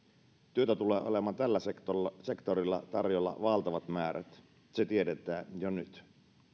työtä tulee olemaan tällä sektorilla sektorilla tarjolla valtavat määrät se tiedetään jo nyt